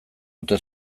ote